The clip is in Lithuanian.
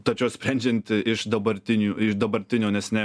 tačiau sprendžiant iš dabartinių iš dabartinio neseniai